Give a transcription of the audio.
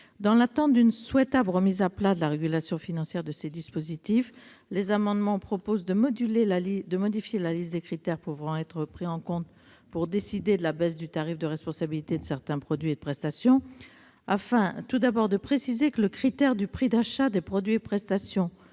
Dans l'attente d'une souhaitable remise à plat de la régulation financière des dispositifs médicaux, ces amendements tendent à modifier la liste des critères pouvant être pris en compte pour décider de la baisse du tarif de responsabilité de certains produits et prestations. Il s'agit tout d'abord- c'est l'objet de l'amendement n° 87 -de préciser que le critère du prix d'achat des produits et prestations